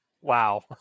wow